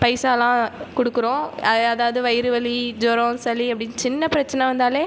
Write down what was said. பைசாலாம் கொடுக்குறோம் அதாவது வயிறு வலி ஜொரம் சளி அப்படினு சின்ன பிரச்சின வந்தாலே